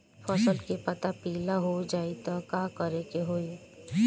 फसल के पत्ता पीला हो जाई त का करेके होई?